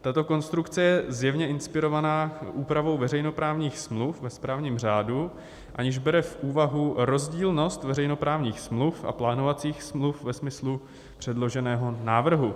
Tato konstrukce je zjevně inspirovaná úpravou veřejnoprávních smluv ve správním řádu, aniž bere v úvahu rozdílnost veřejnoprávních smluv a plánovacích smluv ve smyslu předloženého návrhu.